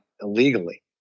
illegally